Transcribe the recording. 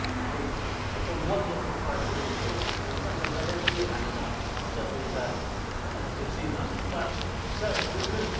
and it's it's a wonderful time to live in cities. and sometimes i don't hear that enough certainly as ah as a consumer, but so we could have.